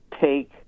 take